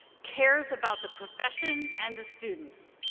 cares about the profession and the students.